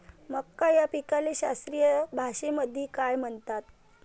मका या पिकाले शास्त्रीय भाषेमंदी काय म्हणतात?